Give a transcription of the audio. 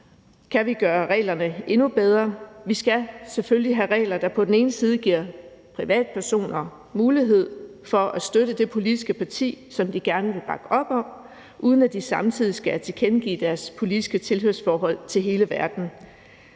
kan gøre reglerne endnu bedre, for vi skal selvfølgelig have regler, der på den ene side giver privatpersoner mulighed for at støtte det politiske parti, som de gerne vil bakke op om, uden at de samtidig skal tilkendegive deres politiske tilhørsforhold til hele verden,